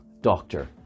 Doctor